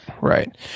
Right